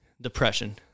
depression